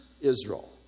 Israel